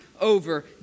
over